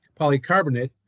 polycarbonate